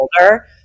older